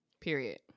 Period